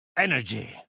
Energy